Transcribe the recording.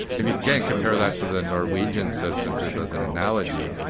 if you can't compare that to the norwegian system, just as an analogy,